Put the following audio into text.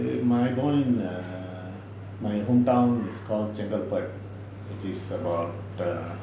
in my own err my hometown is called chenkalpad which is about err